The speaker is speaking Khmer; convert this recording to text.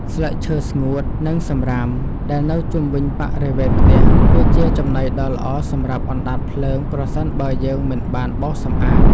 ស្លឹកឈើស្ងួត និងសំរាមដែលនៅជុំវិញបរិវេណផ្ទះ គឺជាចំណីដ៏ល្អសម្រាប់អណ្តាតភ្លើងប្រសិនបើយើងមិនបានបោសសម្អាត។